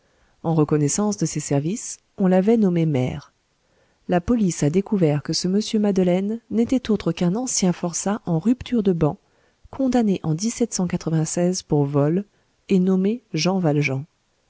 en reconnaissance de ses services on l'avait nommé maire la police a découvert que ce mr madeleine n'était autre qu'un ancien forçat en rupture de ban condamné en pour vol et nommé jean valjean